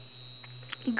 green haired